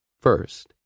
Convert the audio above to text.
First